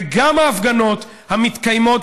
וגם ההפגנות המתקיימות,